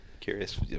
Curious